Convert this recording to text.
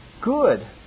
good